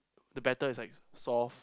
the batter is like soft